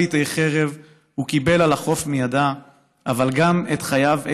פליטי חרב / הוא קיבל על החוף מידה / אבל גם את חייו,